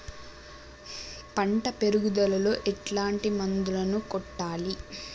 పంట పెరుగుదలలో ఎట్లాంటి మందులను కొట్టాలి?